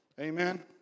Amen